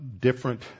different